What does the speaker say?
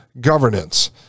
governance